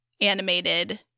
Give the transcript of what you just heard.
animated